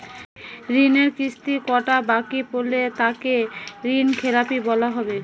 ঋণের কিস্তি কটা বাকি পড়লে তাকে ঋণখেলাপি বলা হবে?